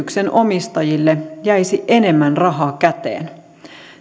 yrityksen omistajille jäisi enemmän rahaa käteen